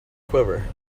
quiver